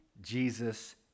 Jesus